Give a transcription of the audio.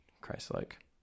Christ-like